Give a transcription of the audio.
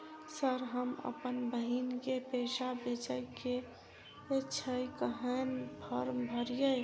Sir हम अप्पन बहिन केँ पैसा भेजय केँ छै कहैन फार्म भरीय?